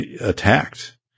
attacked